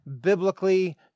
biblically